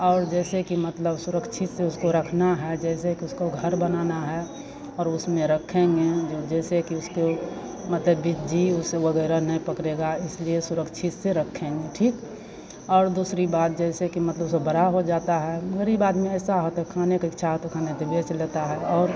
और जैसे कि मतलब सुरक्षित से उसको रखना है जैसे कि उसको घर बनाना है और उसमें रखेंगे जो जैसे कि उसको मतलब बिज्जी उस वगैरह नहीं पकड़ेगा इसलिए सुरक्षित से रखेंगे ठीक और दूसरी बात जैसे कि मतलब सब बड़ा हो जाता है गरीब आदमी ऐसा हो ताे खाने का इच्छा हो तो खाना है तो बेच लेता है और